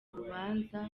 rubanza